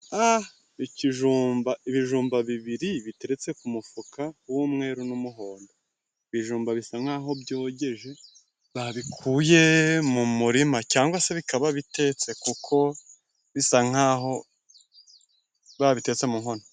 Ikijumba, ibijumba bibiri biteretse ku mufuka w'umweru n'umuhondo. Ibijumba bisa nkaho byogeje babikuye mu murima, cyangwa se bikaba bitetse kuko bisa nkaho babitetse mu nkono.